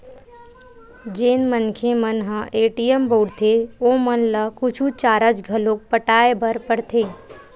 जेन मनखे मन ह ए.टी.एम बउरथे ओमन ल कुछु चारज घलोक पटाय बर परथे